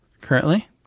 currently